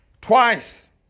twice